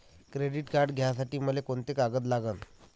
Credit card घ्यासाठी मले कोंते कागद लागन?